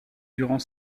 durant